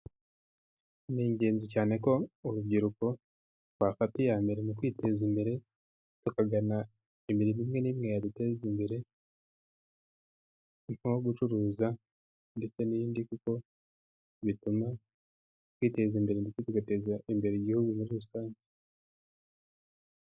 Ni ingenzi cyane ko urubyiruko twafata iya mbere mu kwiteza imbere, tukagana imirimo imwe n'imwe yaduteza imbere, nko gucuruza ndetse n'indi, kuko bituma twiteza imbere ndetse tugateza imbere n'Igihugu muri rusange.